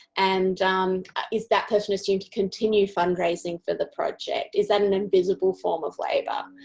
and um is that person assumed to continue fundraiseing for the project. is that an invisible form of labour?